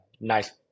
nice